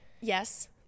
Yes